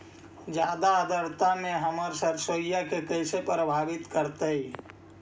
जादा आद्रता में हमर सरसोईय के कैसे प्रभावित करतई?